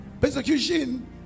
Persecution